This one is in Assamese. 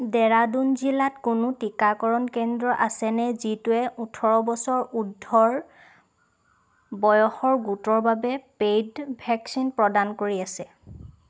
ডেৰাডুন জিলাত কোনো টীকাকৰণ কেন্দ্ৰ আছেনে যিটোৱে ওঠৰ বছৰ উৰ্দ্ধৰ বয়সৰ গোটৰ বাবে পে'ইড ভেকচিন প্ৰদান কৰি আছে